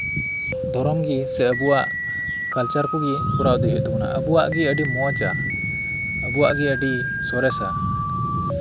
ᱫᱷᱚᱨᱚᱢ ᱜᱤ ᱥᱮ ᱟᱵᱩᱣᱟᱜ ᱠᱟᱞᱪᱟᱨ ᱠᱚᱜᱤ ᱠᱚᱨᱟᱣ ᱦᱩᱭᱩᱜ ᱛᱟᱵᱩᱱᱟ ᱟᱵᱩᱣᱟᱜ ᱜᱤ ᱟᱹᱰᱤ ᱢᱚᱪ ᱟ ᱟᱵᱩᱣᱟᱜ ᱜᱤ ᱟᱹᱰᱤ ᱥᱚᱨᱮᱥᱟ